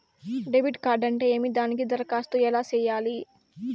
debit card అంటే ఏమి దానికి దరఖాస్తు ఎలా సేయాలి